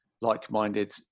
like-minded